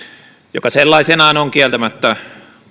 joka sellaisenaan on kieltämättä